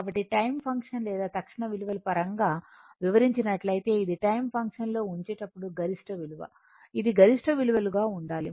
కాబట్టి time function లేదా తక్షణ విలువలు పరంగా వివరించినట్లుయితే ఇది టైమ్ ఫంక్షన్లో ఉంచేటప్పుడు గరిష్ట విలువ ఇది గరిష్ట విలువలుగా ఉండాలి